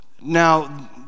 Now